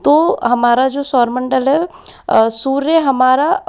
तो हमारा जो सौरमंडल है सूर्य हमारा